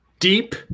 Deep